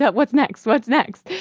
but what's next, what's next.